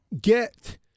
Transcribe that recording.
Get